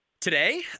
Today